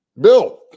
Bill